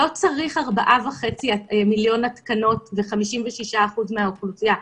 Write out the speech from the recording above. לא צריך 4.5 מיליון התקנות ו-56% מהאוכלוסייה.